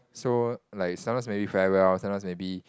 so like sometimes maybe farewell sometimes maybe